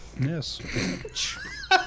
Yes